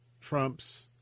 Trump's